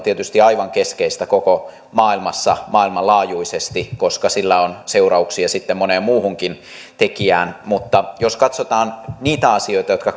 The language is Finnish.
tietysti aivan keskeistä koko maailmassa maailmanlaajuisesti koska sillä on seurauksia sitten moneen muuhunkin tekijään mutta jos katsotaan niitä asioita jotka